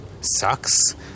sucks